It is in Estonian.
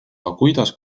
kuidas